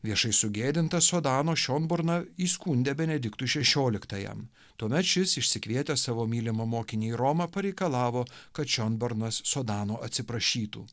viešai sugėdintas sodano šionborną įskundė benediktui šešioliktajam tuomet šis išsikvietęs savo mylimą mokinį į romą pareikalavo kad šionbornas sodano atsiprašytų